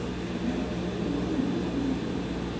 and that even when there was only you know,